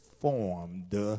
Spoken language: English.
Formed